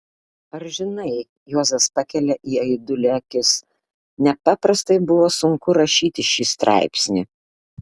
ar žinai juozas pakelia į aidulį akis nepaprastai buvo sunku rašyti šį straipsnį